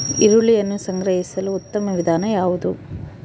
ಈರುಳ್ಳಿಯನ್ನು ಸಂಗ್ರಹಿಸಲು ಉತ್ತಮ ವಿಧಾನ ಯಾವುದು?